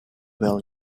well